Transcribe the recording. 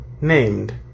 named